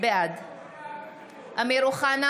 בעד אמיר אוחנה,